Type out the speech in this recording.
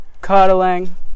cuddling